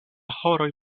horoj